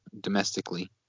domestically